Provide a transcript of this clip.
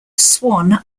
swan